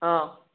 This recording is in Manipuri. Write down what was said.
ꯑꯥ